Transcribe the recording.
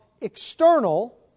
external